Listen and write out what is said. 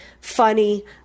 funny